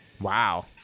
Wow